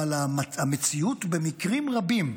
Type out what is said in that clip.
אבל המציאות במקרים רבים,